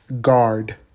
guard